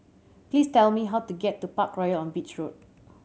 please tell me how to get to Parkroyal on Beach Road